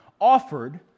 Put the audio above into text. offered